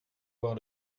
voir